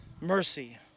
mercy